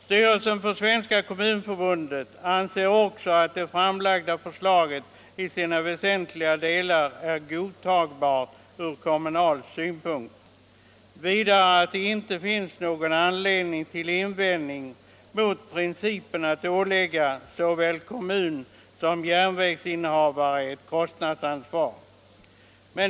Styrelsen för Svenska kommunförbundet anser också att det framlagda förslaget i sina väsentliga delar är godtagbart ur kommunal synpunkt och vidare, att det inte finns någon anledning till invändning mot principen att ålägga såväl kommun som järnvägsinnehavare ett kostnadsansvar.